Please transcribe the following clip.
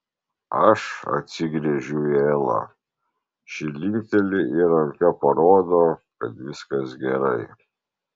aš atsigręžiu į elą ši linkteli ir ranka parodo kad viskas gerai